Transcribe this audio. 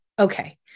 Okay